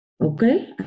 Okay